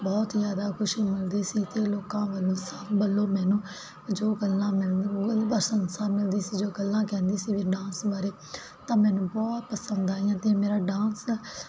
ਬਹੁਤ ਜਿਆਦਾ ਖੁਸ਼ ਹੁੰਦੀ ਸੀ ਕਿ ਲੋਕਾਂ ਮੈਨੂੰ ਜੋ ਗੱਲਾਂ ਮੈਨੂੰ ਬਸ ਸਾਨੂੰ ਜਿਸ ਜੋ ਗੱਲਾਂ ਕਹਿੰਦੀ ਸੀ ਵੀ ਨਾ ਸਮਾਰੇ ਤਾਂ ਮੈਨੂੰ ਬਹੁਤ ਪਸੰਦ ਆਈਆਂ ਤੇ ਮੇਰਾ ਡਾਂਸ ਆ